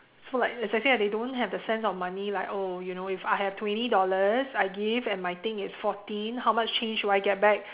so like as I say ah they don't have the sense of money like oh you know if I have twenty dollars I give and my thing is fourteen how much change should I get back